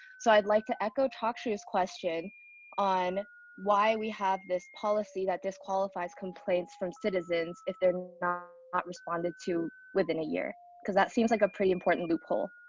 so i'd like to echo chakshu's question on why we have this policy that disqualifies complaints from citizens if they're not not responded to within a year? cause that seems like a pretty important loophole.